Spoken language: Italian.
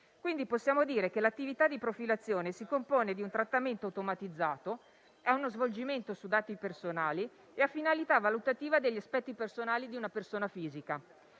quindi dire che l'attività di profilazione si compone di un trattamento automatizzato che ha uno svolgimento su dati personali e finalità valutativa degli aspetti personali di una persona fisica.